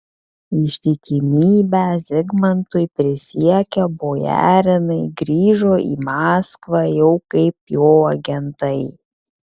ištikimybę zigmantui prisiekę bojarinai grįžo į maskvą jau kaip jo agentai